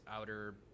Outer